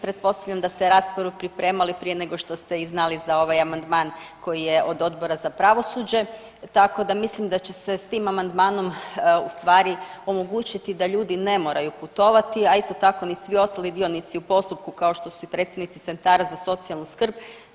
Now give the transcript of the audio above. Pretpostavljam da ste raspravu pripremali prije nego što ste i znali za ovaj amandman koji je od Odbora za pravosuđe tako da mislim da će se s tim amandmanom ustvari omogućiti da ljudi ne moraju putovati, a isto tako ni svi ostali dionici u postupku kao što su i predstavnici centara za socijalnu skrb.